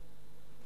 אחריו, אחריו,